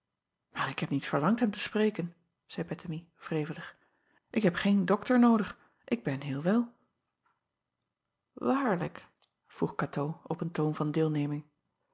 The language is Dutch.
aar ik heb niet verlangd hem te spreken zeî ettemie wrevelig k heb geen okter noodig k ben heel wel aarlijk vroeg atoo op een toon van deelneming